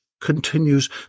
continues